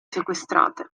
sequestrate